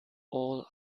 all